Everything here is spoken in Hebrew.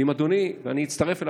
ואני אצטרף לאדוני,